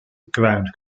ground